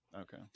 Okay